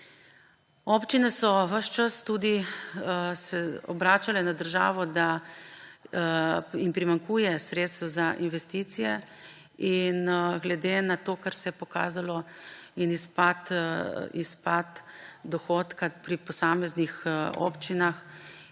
Občine se so ves čas obračale na državo, da jim primanjkuje sredstev za investicije. Glede na to, kar se je pokazalo, in izpad dohodka pri posameznih občinah,